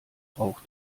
rauch